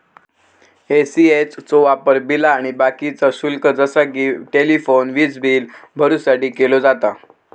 ECS चो वापर बिला आणि बाकीचा शुल्क जसा कि टेलिफोन, वीजबील भरुसाठी केलो जाता